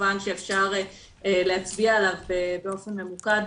כמובן שאפשר להצביע עליו באופן ממוקד,